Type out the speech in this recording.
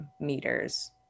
meters